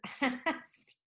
asked